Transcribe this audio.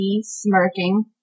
smirking